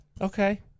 Okay